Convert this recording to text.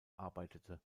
arbeitete